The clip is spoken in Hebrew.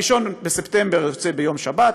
1 בספטמבר יוצא ביום שבת,